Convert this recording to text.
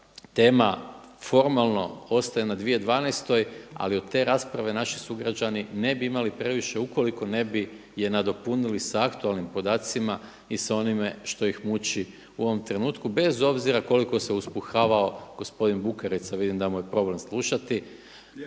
tema formalno ostaje na 2012. ali od te rasprave naši sugrađani ne bi imali previše ukoliko je ne bi nadopunili sa aktualnim podacima i sa onime što ih muči u ovom trenutku bez obzira koliko se uspuhavao gospodin Bukarica. Vidim da mu je problem slušati.